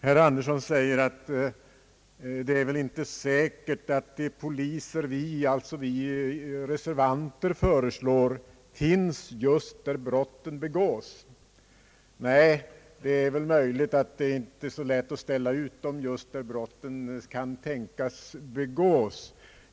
Herr Andersson säger att det inte är säkert att de nya polismännen finns just där brotten begås. Nej, det är väl inte så lätt att ställa ut dem, när brotten kan tänkas begås!